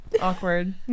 awkward